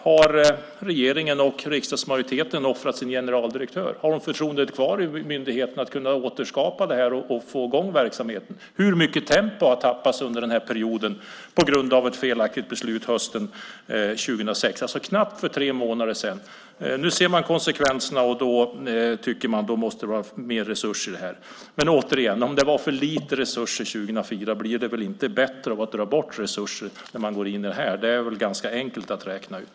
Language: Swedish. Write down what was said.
Har regeringen och riksdagsmajoriteten offrat sin generaldirektör? Har man förtroendet kvar i myndigheten att kunna återskapa det här och få i gång verksamheten? Hur mycket tempo har tappats under den här perioden på grund av ett felaktigt beslut under hösten 2007, alltså för knappt tre månader sedan? Nu ser man konsekvenserna och då tycker man att det måste till mer resurser här. Men återigen: Om det var för lite resurser 2004 blir det väl inte bättre av att dra bort resurser när man går in i det här? Det är det väl ganska enkelt att räkna ut.